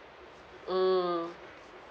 mm